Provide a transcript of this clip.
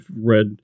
read